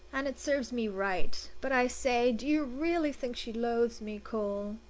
and it serves me right. but i say do you really think she loathes me, cole?